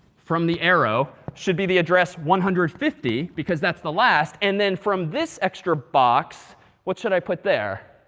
from the arrow, should be the address one hundred and fifty, because that's the last. and then, from this extra box what should i put there?